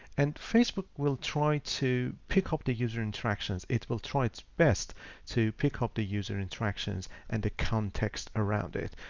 and facebook will try to pick up the user interactions, it will try its best to pick up the user interactions and the context around it.